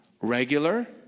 Regular